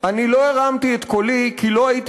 אני לא הרמתי את קולי/ כי לא הייתי